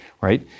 right